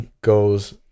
goes